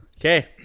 Okay